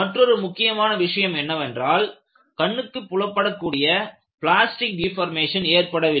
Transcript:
மற்றொரு முக்கியமான விஷயம் என்னவென்றால் கண்ணுக்குப் புலப்படக்கூடிய பிளாஸ்டிக் டெபோர்மேஷன் ஏற்படவில்லை